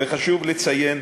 וחשוב לציין,